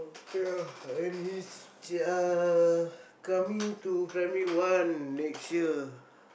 ya and he's uh coming to primary one next year